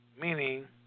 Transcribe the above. meaning